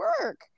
work